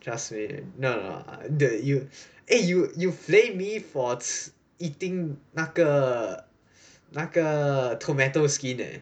just wait no no no dude you eh you you flame me for 吃 eating 那个那个 tomato skin leh